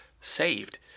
saved